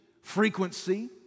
frequency